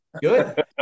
Good